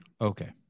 okay